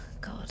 God